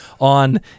on